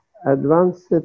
Advanced